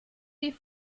die